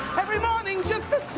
every morning just the